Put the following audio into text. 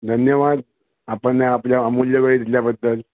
धन्यवाद आपण ना आपल्या अमूल्य वेळ दिल्याबद्दल